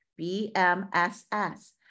BMSS